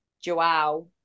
Joao